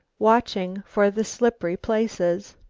watching for the slippery places.